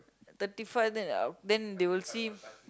thirty five then uh then they will see